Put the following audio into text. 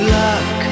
luck